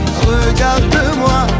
regarde-moi